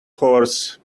horse